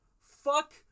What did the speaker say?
Fuck